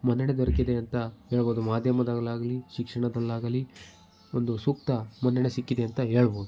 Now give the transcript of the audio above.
ಮನ್ನಣೆ ದೊರಕಿದೆ ಅಂತ ಹೇಳ್ಬೋದು ಮಾಧ್ಯಮದಲ್ಲಾಗಲಿ ಶಿಕ್ಷಣದಲ್ಲಾಗಲಿ ಒಂದು ಸೂಕ್ತ ಮನ್ನಣೆ ಸಿಕ್ಕಿದೆ ಅಂತ ಹೇಳ್ಬೋದು